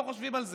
לא חושבים על זה.